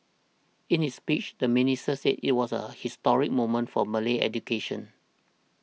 in his speech the minister said it was a historic moment for Malay education